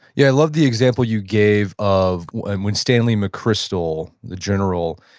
yeah, i love the example you gave of when stanley mcchrystal, the general,